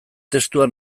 testua